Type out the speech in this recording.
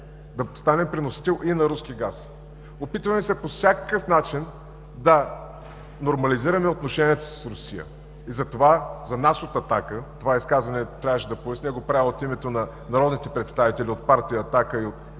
да станем преносител и на руски газ. Опитваме се по всякакъв начин да нормализираме отношенията си с Русия. Затова за нас от „Атака“, да поясня, това изказване го правя от името на народните представители от партия „Атака“ и,